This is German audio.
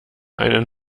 einen